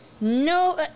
No